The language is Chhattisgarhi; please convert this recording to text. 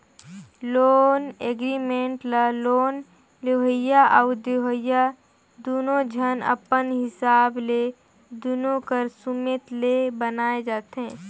लोन एग्रीमेंट ल लोन लेवइया अउ देवइया दुनो झन अपन हिसाब ले दुनो कर सुमेत ले बनाए जाथें